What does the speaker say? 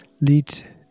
lead